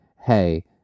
hey